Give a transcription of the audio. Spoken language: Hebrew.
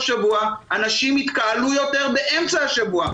שבוע אנשים יתקהלו יותר באמצע השבוע,